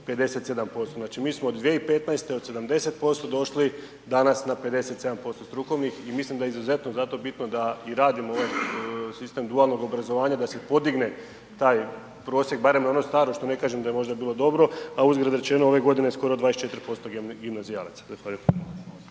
57%. Znači mi smo od 2015. od 70% došli danas na 57% strukovnih i mislim da je izuzetno zato bitno da i radimo ovaj sistem dualnog obrazovanja da se podigne taj prosjek, barem na ono staro, što ne kažem da je možda bilo dobro. A uzgred rečeno, ove godine skoro 24% gimnazijalaca.